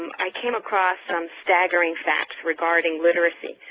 i came across some staggering facts regarding literacy,